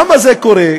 למה זה קורה?